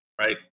right